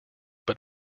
but